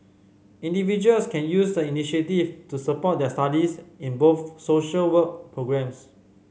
individuals can use the initiative to support their studies in both social work programmes